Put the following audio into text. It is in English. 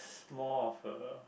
more of uh